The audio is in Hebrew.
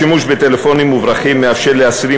השימוש בטלפונים מוברחים מאפשר לאסירים